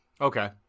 Okay